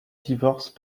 divorce